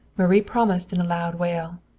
marie promised in a loud wail.